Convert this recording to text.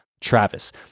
Travis